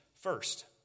first